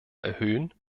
erhöhen